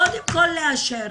קודם כל לאשר.